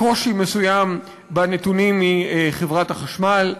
קושי מסוים בנתונים מחברת החשמל.